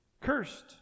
cursed